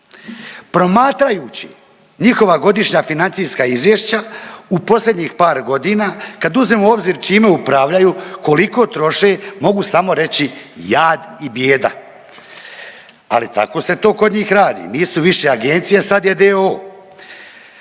Promatrajući njihova godišnja financijska izvješća u posljednjih par godina kad uzmemo u obzir čime upravljaju, koliko troše mogu samo reći jad i bijeda! Ali tako se to kod njih radi nisu više agencije, sad je d.o.o.